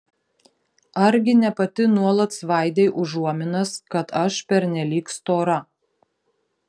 argi ne pati nuolat svaidei užuominas kad aš pernelyg stora